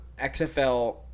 xfl